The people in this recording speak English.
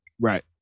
Right